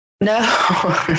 No